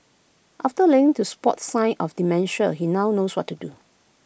after learning to spot sign of dementia he now knows what to do